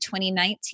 2019